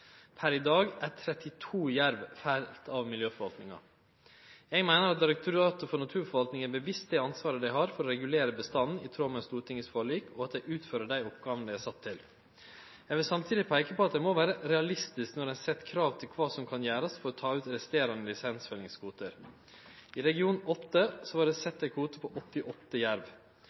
Per i dag er 32 jerv felte av miljøforvaltninga. Eg meiner at Direktoratet for naturforvaltning er bevisst det ansvaret dei har for å regulere bestanden i tråd med Stortingets forlik, og at dei utfører dei oppgåvene dei er sette til. Eg vil samtidig peike på at ein må vere realistisk når ein set krav til kva som kan gjerast for å ta ut resterande lisensfellingskvotar. I region 8 vart det sett ein kvote på 88